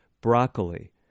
Broccoli